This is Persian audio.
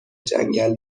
جنگل